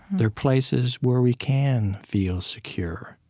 they're places where we can feel secure,